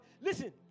Listen